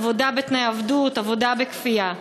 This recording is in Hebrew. עבודה בתנאי עבדות ועבודה בכפייה.